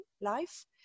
life